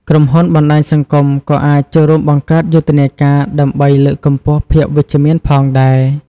ក្រុមហ៊ុនបណ្ដាញសង្គមក៏អាចចូលរួមបង្កើតយុទ្ធនាការដើម្បីលើកកម្ពស់ភាពវិជ្ជមានផងដែរ។